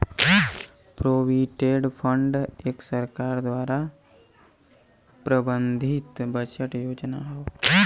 provident fund एक सरकार द्वारा प्रबंधित बचत योजना हौ